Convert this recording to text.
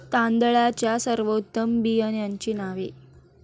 तांदळाच्या सर्वोत्तम बियाण्यांची नावे?